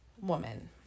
woman